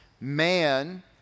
man